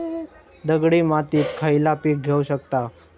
दगडी मातीत खयला पीक घेव शकताव?